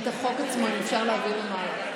את החוק עצמו אם אפשר להעביר למעלה.